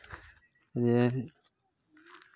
ᱡᱮ